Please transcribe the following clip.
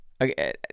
okay